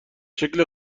شکل